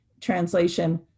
Translation